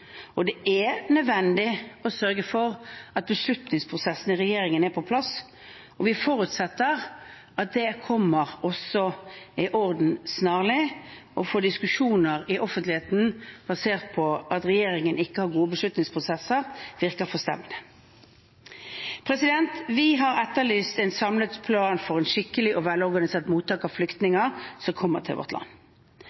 og det er nødvendig å sørge for at beslutningsprosessene i regjeringen er på plass. Vi forutsetter at det kommer i orden snarlig. Å få diskusjoner i offentligheten basert på at regjeringen ikke har gode beslutningsprosesser, virker forstemmende. Vi har etterlyst en samlet plan for et skikkelig og velorganisert mottak av